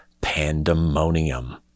pandemonium